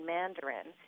Mandarin